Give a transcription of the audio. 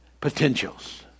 potentials